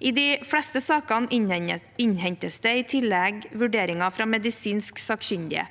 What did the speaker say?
I de fleste sakene innhentes det i tillegg vurderinger fra medisinsk sakkyndige.